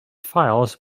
files